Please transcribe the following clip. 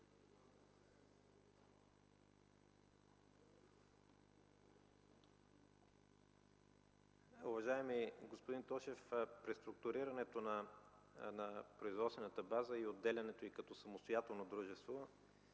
Уважаеми господин Тошев! Преструктурирането на производствената база и отделянето й като самостоятелно дружество